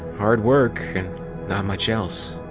hard work, and not much else.